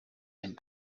and